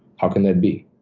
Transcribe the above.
how can that be?